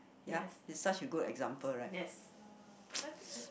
yes there's nothing